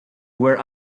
were